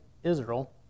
Israel